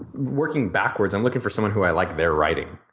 working backwards i'm looking for someone who i like their writing.